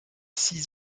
six